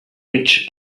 rich